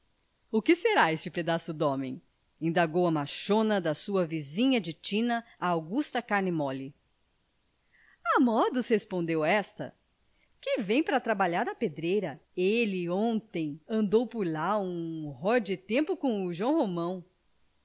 o que será este pedaço de homem indagou a machona da sua vizinha de tina a augusta carne mole a modos respondeu esta que vem para trabalhar na pedreira ele ontem andou por lá um ror de tempo com o joão